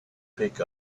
pick